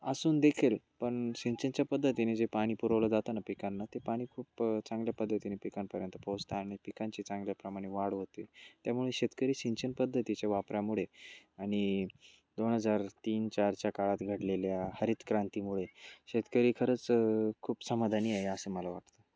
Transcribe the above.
असून देखील पण सिंचनाच्या पद्धतीने जे पाणी पुरवलं जातं ना पिकांना ते पाणी खूप चांगल्या पद्धतीने पिकांपर्यंत पोहोचतात आणि पिकांची चांगल्याप्रमाणे वाढ होते त्यामुळे शेतकरी सिंचन पद्धतीच्या वापरामुळे आणि दोन हजार तीन चार च्या काळात घडलेल्या हरित क्रांतीमुळे शेतकरी खरंच खूप समाधानी आहे असं मला वाटतं